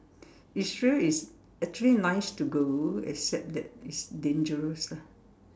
Israel is actually nice to go except that it's dangerous lah